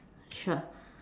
sure